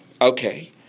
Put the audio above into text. okay